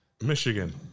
Michigan